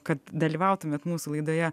kad dalyvautumėte mūsų laidoje